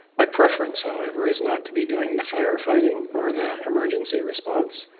my preference, however, is not to be doing the fire fighting or the emergency response.